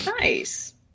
Nice